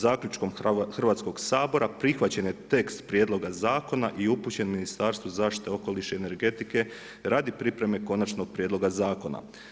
Zaključkom Hrvatskog sabora prihvaćen je tekst prijedloga zakona i upućen Ministarstvu zaštite okoliša i energetike radi pripreme konačnog prijedloga zakona.